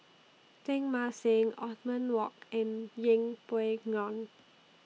Teng Mah Seng Othman Wok and Yeng Pway Ngon